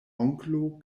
onklo